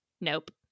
Nope